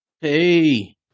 Hey